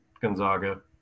Gonzaga